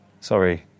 Sorry